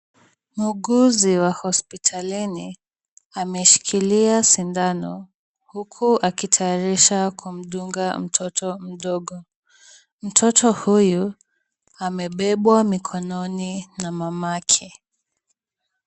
Muuguzi wa hospitalini ameshikilia sindano huku akitayarisha kumdunga mtoto mdogo. Mtoto huyu amebebwa mkononi na mamake.